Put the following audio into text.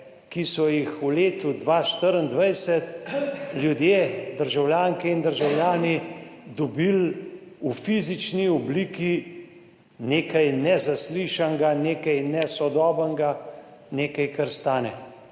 ki so jih v letu 2024 ljudje, državljanke in državljani, dobili v fizični obliki, nekaj nezaslišanega, nekaj nesodobnega, nekaj, kar stane.